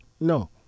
No